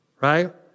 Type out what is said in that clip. right